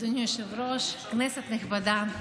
אדוני היושב-ראש, כנסת נכבדה,